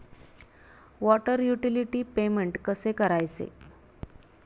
Water utility payment कसे करायचे?